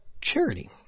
charity